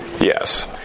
Yes